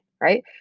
right